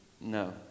no